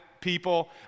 people